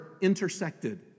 intersected